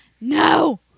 No